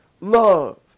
love